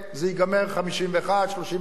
זה ייגמר 51 35,